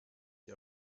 sie